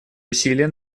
усилия